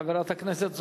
חברת הכנסת זוארץ,